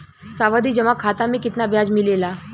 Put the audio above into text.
सावधि जमा खाता मे कितना ब्याज मिले ला?